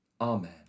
Amen